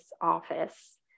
office